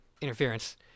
interference